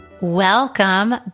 Welcome